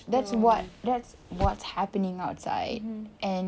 that's what that's what happening outside and